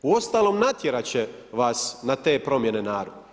Uostalom natjerat će vas na te promjene narod.